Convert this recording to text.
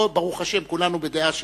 פה, ברוך השם, כולנו בדעה